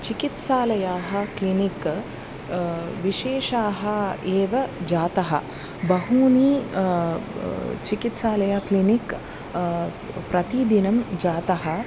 चिकित्सालयाः क्लिनिक् विशेषाः एव जाताः बहूनि चिकित्सालय क्लिनिक् प्रतिदिनं जातः